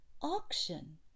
Auction